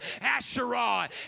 Asherah